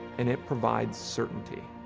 and it provides certainty.